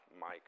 Mike